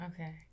Okay